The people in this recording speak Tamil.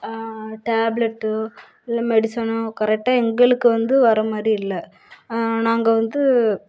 டேப்லெட்டோ இல்லை மெடிஷனோ கரெக்டாக எங்களுக்கு வந்து வர மாதிரி இல்லை நாங்கள் வந்து